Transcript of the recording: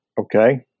okay